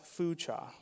Fucha